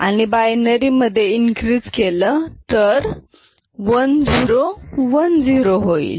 आणि बायनरी मधे इंक्रिज केलं तर 1010 होईल